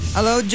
Hello